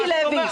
מיקי לוי.